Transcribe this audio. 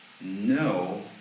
no